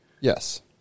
Yes